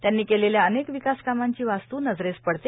त्यांनी केलेल्या अनेक विकासकामांची वास्त् नजरेस पडते